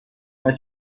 است